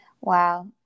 Wow